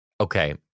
Okay